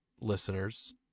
listeners